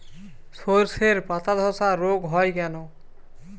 শর্ষের পাতাধসা রোগ হয় কেন?